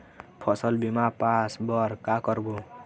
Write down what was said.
फसल बीमा पास बर का करबो?